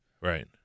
Right